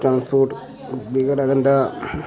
transport बड़ा गंदा